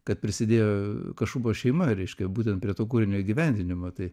kad prisidėjo kašubos šeima reiškia būtent prie to kūrinio įgyvendinimo tai